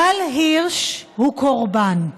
גל הירש הוא קורבן.